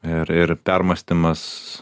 ir ir permąstymas